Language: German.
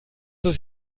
ist